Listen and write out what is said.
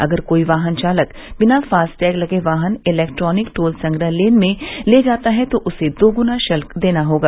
अगर कोई वाहन चालक बिना फास्टैग लगे वाहन इलेक्ट्रानिक टोल संग्रह लेन में ले जाता है तो उसे दोगुना ्रल्क देना होगा